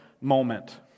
moment